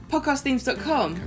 PodcastThemes.com